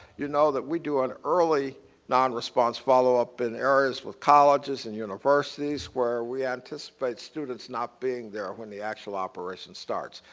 you know that we do an early non-response follow-up in areas with colleges and universities where we anticipate students not being there when the actual operation starts.